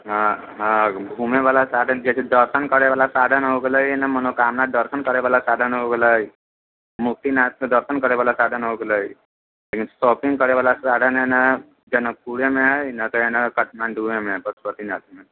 हँ हँ घुमयवला साधन जैसे दर्शन करैवला साधन हो गेलै एने मनोकामना दर्शन करैवला साधन हो गेलै मुक्तिनाथके दर्शन करैवला साधन हो गेलै लेकिन शॉपिंग करैवला साधन हइ ने जनकपुरेमे हइ ने तऽ एने काठमाण्डूएमे हइ पशुपतिनाथमे